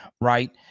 right